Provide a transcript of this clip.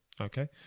Okay